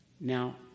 Now